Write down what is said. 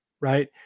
right